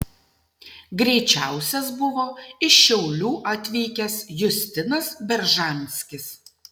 greičiausias buvo iš šiaulių atvykęs justinas beržanskis